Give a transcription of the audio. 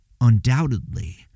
Undoubtedly